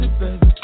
baby